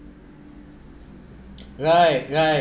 right right